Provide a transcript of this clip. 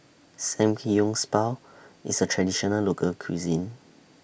Spa IS A Traditional Local Cuisine